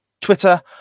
Twitter